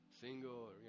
single